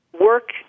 work